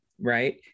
right